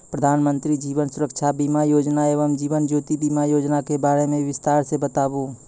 प्रधान मंत्री जीवन सुरक्षा बीमा योजना एवं जीवन ज्योति बीमा योजना के बारे मे बिसतार से बताबू?